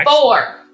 Four